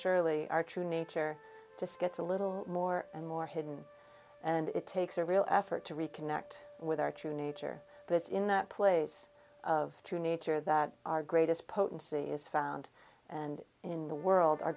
surely our true nature just gets a little more and more hidden and it takes a real effort to reconnect with our true nature but it's in that place of true nature that our greatest potency is found and in the world our